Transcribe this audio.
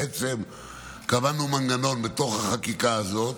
בעצם קבענו מנגנון בחקיקה הזאת